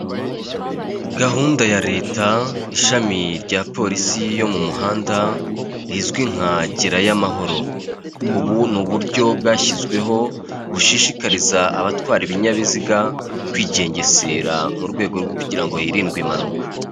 Gahunda ya leta ishami rya polisi yo mu muhanda rizwi nka gerayo amahoro. Ubu ni uburyo bwashyizweho bushishikariza abatwara ibinyabiziga, kwigengesera mu rwego rwo kugira ngo hirindwe impanuka.